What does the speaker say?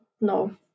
no